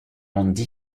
andy